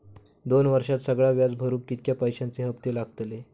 दोन वर्षात सगळा व्याज भरुक कितक्या पैश्यांचे हप्ते लागतले?